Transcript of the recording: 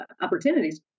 opportunities